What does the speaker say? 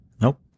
Nope